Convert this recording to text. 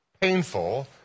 painful